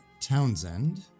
Townsend